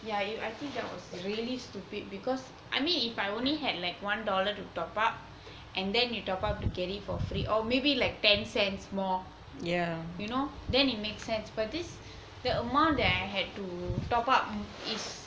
yeah I think that was really stupid because I mean if I only had like one dollar to top up and you top up to get it for free or maybe like ten cents more you know then it makes sense but the amount I had to top up is